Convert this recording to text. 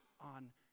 on